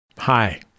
Hi